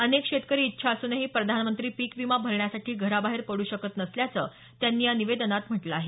अनेक शेतकरी इच्छा असूनही प्रधानमंत्री पिक विमा भरण्यासाठी घराबाहेर पड्र शकत नसल्याचं त्यांनी या निवेदनात म्हटलं आहे